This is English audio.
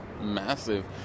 massive